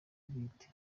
bwite